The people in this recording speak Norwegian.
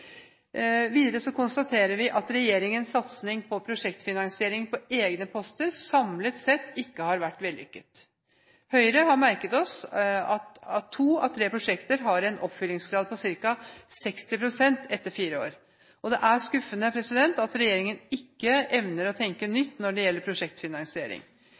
Videre konstaterer vi at regjeringens satsing på prosjektfinansiering på egne poster samlet sett ikke har vært vellykket. I Høyre har vi merket oss at to av tre prosjekter har en oppfyllingsgrad på ca. 60 pst. etter fire år. Det er skuffende at regjeringen ikke evner å tenke nytt når det gjelder prosjektfinansiering.